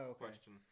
question